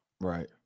Right